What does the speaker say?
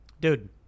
dude